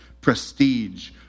prestige